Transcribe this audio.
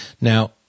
Now